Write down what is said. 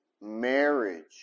marriage